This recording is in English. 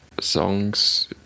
songs